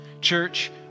Church